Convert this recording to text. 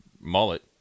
mullet